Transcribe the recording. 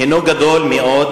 הינו גדול מאוד,